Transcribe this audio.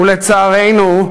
ולצערנו,